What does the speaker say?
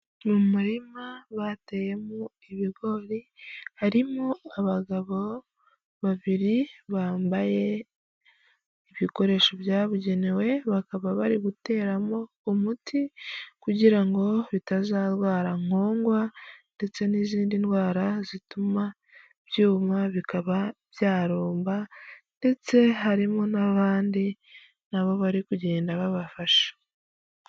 Mu murima bateyemo ibigori, harimo abagabo babiri bambaye ibikoresho byabugenewe, bakaba bari guteramo umuti kugira ngo bitazarwara nkongwa ndetse n'izindi ndwara zituma byuma bikaba byarumba ndetse harimo n'abandi na bo bari kugenda babafasha.